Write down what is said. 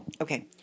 okay